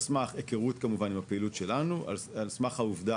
על סמך היכרות עם הפעילות שלנו ועל סמך העובדה